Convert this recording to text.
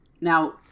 Now